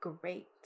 great